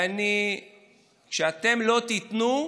כשאתם לא תיתנו,